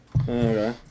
Okay